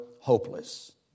hopeless